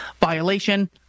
violation